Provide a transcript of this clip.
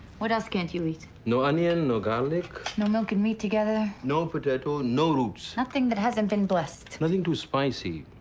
what else can't you eat? no onion, no garlic. no milk and meat together. no potato, no roots. nothing that hasn't been blessed. nothing too spicy.